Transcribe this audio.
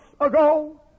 ago